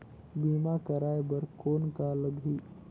बीमा कराय बर कौन का लगही?